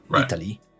Italy